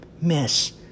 miss